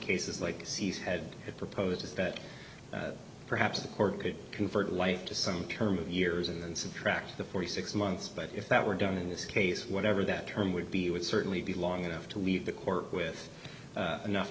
cases like c s had it proposes that perhaps the court could convert life to some term of years and then subtract the forty six months but if that were done in this case whatever that term would be would certainly be long enough to leave the court with enough